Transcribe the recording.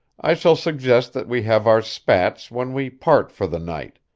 i shall suggest that we have our spats when we part for the night,